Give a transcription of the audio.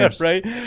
right